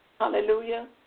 Hallelujah